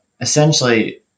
essentially